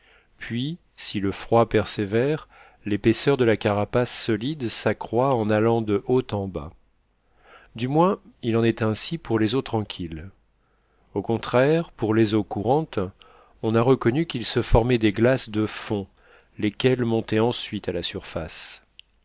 puis si le froid persévère l'épaisseur de la carapace solide s'accroît en allant de haut en bas du moins il en est ainsi pour les eaux tranquilles au contraire pour les eaux courantes on a reconnu qu'il se formait des glaces de fond lesquelles montaient ensuite à la surface